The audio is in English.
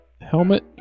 helmet